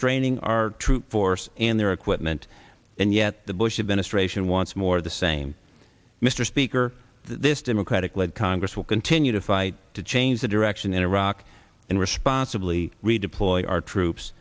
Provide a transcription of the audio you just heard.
straining our troop force and their equipment and yet the bush administration wants more of the same mr speaker this democratic led congress will continue to fight to change the direction in iraq and responsibly read pulling our troops